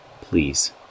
Please